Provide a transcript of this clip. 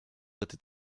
était